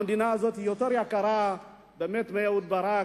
המדינה הזאת יקרה יותר מאהוד ברק.